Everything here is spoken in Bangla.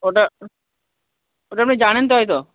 ওটা ওটা আপনি জানেন তো হয়তো